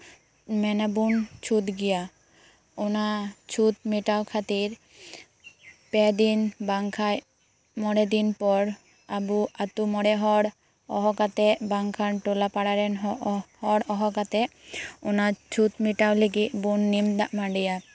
ᱢᱮᱱᱟᱵᱚᱱ ᱪᱷᱩᱛᱜᱮᱭᱟ ᱚᱱᱟ ᱪᱷᱩᱛ ᱢᱮᱴᱟᱣ ᱠᱷᱟᱹᱛᱤᱨᱯᱮ ᱫᱤᱱ ᱵᱟᱝ ᱠᱷᱟᱱ ᱢᱚᱬᱮ ᱫᱤᱱ ᱯᱚᱨ ᱟᱵᱚ ᱟᱛᱳ ᱢᱚᱬᱮ ᱦᱚᱲ ᱦᱚᱦᱚ ᱠᱟᱛᱮᱫ ᱵᱟᱝᱠᱷᱟᱱ ᱴᱚᱞᱟ ᱯᱟᱲᱟᱨᱮᱱ ᱦᱚᱲ ᱚᱦᱚ ᱠᱟᱛᱮᱫ ᱚᱱᱟ ᱪᱷᱩᱛ ᱢᱮᱴᱟᱣ ᱞᱟᱹᱜᱤᱫ ᱵᱚᱱ ᱱᱤᱢ ᱫᱟᱜ ᱢᱟᱺᱰᱤᱭᱟ